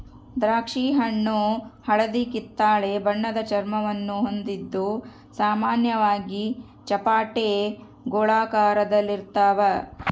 ದ್ರಾಕ್ಷಿಹಣ್ಣು ಹಳದಿಕಿತ್ತಳೆ ಬಣ್ಣದ ಚರ್ಮವನ್ನು ಹೊಂದಿದ್ದು ಸಾಮಾನ್ಯವಾಗಿ ಚಪ್ಪಟೆ ಗೋಳಾಕಾರದಲ್ಲಿರ್ತಾವ